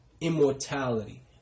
immortality